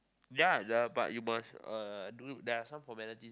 ya the but you must uh do there are some formalities